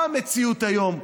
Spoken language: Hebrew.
מה המציאות היום,